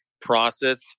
process